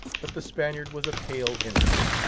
but the spaniard was a pale invalid.